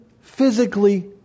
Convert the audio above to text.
physically